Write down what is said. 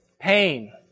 pain